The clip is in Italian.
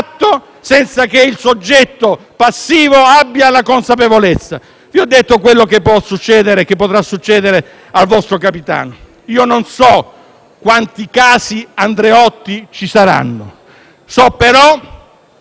senza che il soggetto passivo abbia la consapevolezza. Vi ho detto ciò che potrà succedere al vostro capitano. Io non so quanti casi Andreotti ci saranno; so però